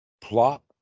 plop